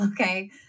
okay